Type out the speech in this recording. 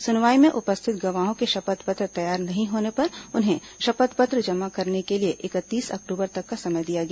सुनवाई में उपस्थित गवाहों के शपथ पत्र तैयार नहीं होने पर उन्हें शपथ पत्र जमा करने के लिए इकतीस अक्टूबर तक का समय दिया गया